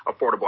affordable